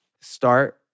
start